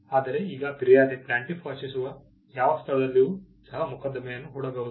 ಆದರೆ ಈಗ ಫಿರ್ಯಾದಿ ವಾಸಿಸುವ ಯಾವ ಸ್ಥಳದಲ್ಲಿಯೂ ಸಹ ಮೊಕದ್ದಮೆಯನ್ನು ಹೂಡಬಹುದು